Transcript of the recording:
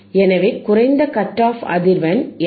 எனவே குறைந்த cut off அதிர்வெண் எஃப்